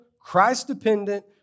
Christ-dependent